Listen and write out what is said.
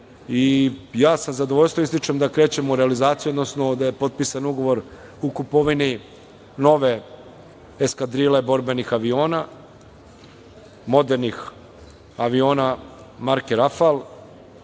sa zadovoljstvom ističem da krećemo u realizaciju, odnosno da je potpisan ugovor o kupovini nove eskadrile borbenih aviona, modernih aviona marke